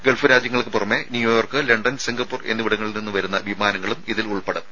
Gulf രാജ്യങ്ങൾക്ക് പുറമെ New York London Singapore എന്നിവിടങ്ങളിൽ നിന്ന് വരുന്ന വിമാനങ്ങളും ഇതിൽ ഉൾപ്പെടും